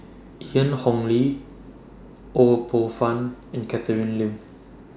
Ian Ong Li Ho Poh Fun and Catherine Lim